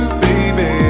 baby